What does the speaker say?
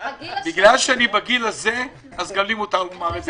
בגלל שאני בגיל הזה אז גם לי מותר לומר את זה,